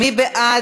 (תיקון),